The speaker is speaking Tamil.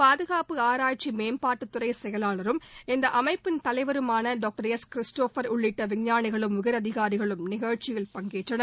பாதுகாப்பு ஆராய்ச்சி மேம்பாட்டுத் துறை செயலாளரும் இந்த அமைப்பின் தலைவருமான டாக்டர் எஸ் கிறிஸ்டோபர் உள்ளிட்ட விஞ்ஞானிகளும் உயர் அதிகாரிகளும் நிகழ்ச்சியில் பங்கேற்றனர்